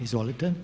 Izvolite.